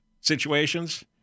situations